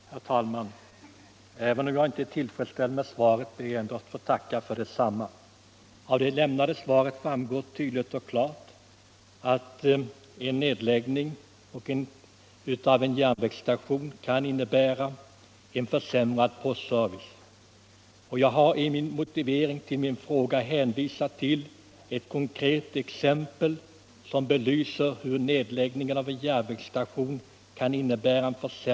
Herr talman! Även om jag inte är tillfredsställd med svaret på min fråga ber jag att få tacka för detsamma. Av det lämnade svaret framgår tydligt och klart att en nedläggning av en järnvägsstation kan innebära en försämrad postservice för en bygd. I motiveringen till min fråga har jag också hänvisat till ett konkret exempel som belyser detta.